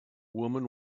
woman